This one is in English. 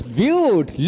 viewed